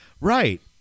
right